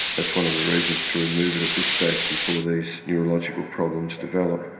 that's one of the reasons to remove it at this stage before these neurological problems develop.